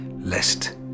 lest